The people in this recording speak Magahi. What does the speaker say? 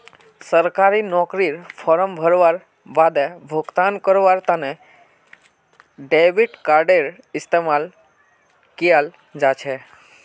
सरकारी नौकरीर फॉर्म भरवार बादे भुगतान करवार तने डेबिट कार्डडेर इस्तेमाल कियाल जा छ